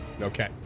Okay